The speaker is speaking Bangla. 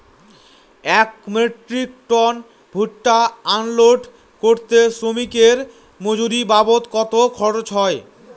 এক মেট্রিক টন ভুট্টা আনলোড করতে শ্রমিকের মজুরি বাবদ কত খরচ হয়?